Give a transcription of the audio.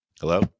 Hello